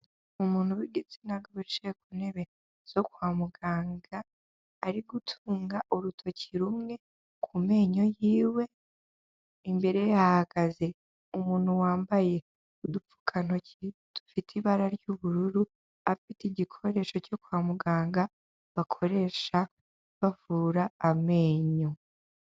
Umuntu w'igitsina wicaye ku ntebe zo kwa muganga ari gutunga urutoki rumwe ku menyo yiwe imbere hahagaze umuntu wambaye udupfukantoki dufite ibara ry'ubururu afite igikoresho cyo kwa muganga bakoresha bavura amenyo.